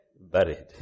buried